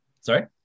Sorry